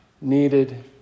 needed